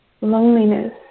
loneliness